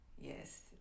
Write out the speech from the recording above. yes